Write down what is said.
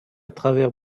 travers